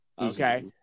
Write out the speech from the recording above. Okay